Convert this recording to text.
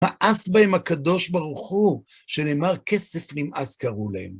מאס בהם הקדוש ברוך הוא שנאמר כסף נמאס קראו להם.